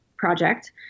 project